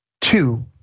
Two